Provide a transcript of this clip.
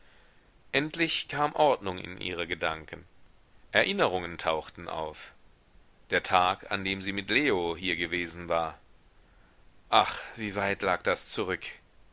endlich kam ordnung in ihre gedanken erinnerungen tauchten auf der tag an dem sie mit leo hier gewesen war ach wie weit lag das zurück